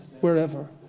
wherever